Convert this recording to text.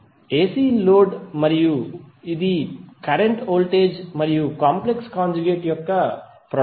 ac load మరియు ఇది current voltage మరియు కాంప్లెక్స్ కాంజుగేట్ యొక్క ప్రొడక్ట్